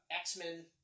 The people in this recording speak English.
x-men